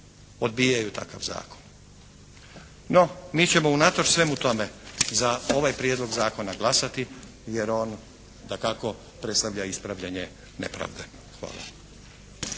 odbijaju takav zakon. No, mi ćemo unatoč svemu tome za ovaj prijedlog zakona glasati jer on dakako predstavlja ispravljanje nepravde. Hvala.